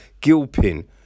Gilpin